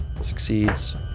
Succeeds